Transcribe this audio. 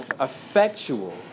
effectual